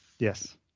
Yes